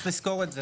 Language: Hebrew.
צריך לזכור את זה.